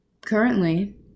currently